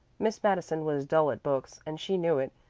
miss madison was dull at books and she knew it,